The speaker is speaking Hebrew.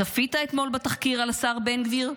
צפית אתמול בתחקיר על השר בן גביר?